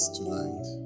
tonight